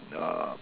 uh